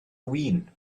win